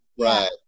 right